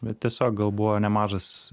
bet tiesiog gal buvo nemažas